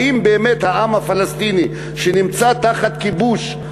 האם באמת העם הפלסטיני שנמצא תחת כיבוש,